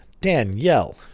Danielle